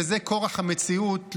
וזה כורח המציאות,